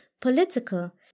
political